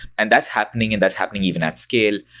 and that's happening, and that's happening even at scale.